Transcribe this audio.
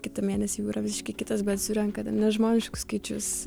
kitą mėnesį jau yra visiškai kitas bet surenka ten nežmoniškus skaičius